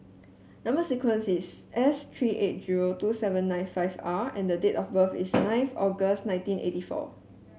number sequence is S three eight zero two seven nine five R and date of birth is nine nine August nineteen eighty four